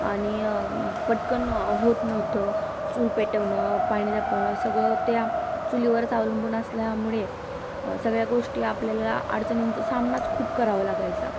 आणि पटकन होत न्हवतं चूल पेटवणे पाणी तापवणे सगळं त्या चुलीवरच अवलंबून असल्यामुळे सगळ्या गोष्टी आपल्याला अडचणींचं सामनाच खूप करावं लागायचा